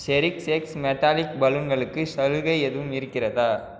செரிக்ஷ் X metallic பலூன்களுக்கு சலுகை எதுவும் இருக்கிறதா